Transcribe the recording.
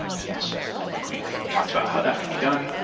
yes, i think we've talked about how that can be done.